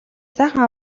сайхан